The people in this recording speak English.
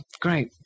great